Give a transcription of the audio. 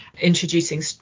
introducing